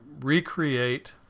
recreate